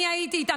ואני הייתי איתם,